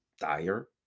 dire